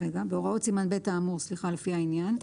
לפי העניין.